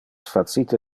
facite